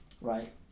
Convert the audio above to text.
right